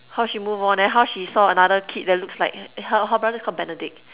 how she move on then how she saw another kid that looks like her her brother is called Benedict